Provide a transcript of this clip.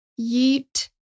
yeet